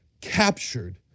captured